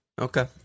Okay